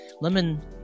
Lemon